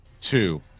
two